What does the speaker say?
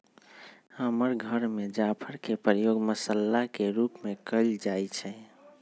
हमर घर में जाफर के प्रयोग मसल्ला के रूप में कएल जाइ छइ